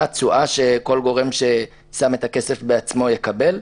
התשואה שכל גורם ששם את הכסף בעצמו יקבל,